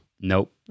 Nope